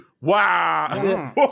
Wow